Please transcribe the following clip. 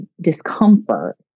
discomfort